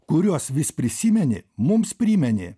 kuriuos vis prisimeni mums primeni